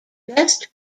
best